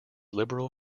liberal